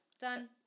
done